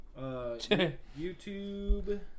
YouTube